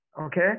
Okay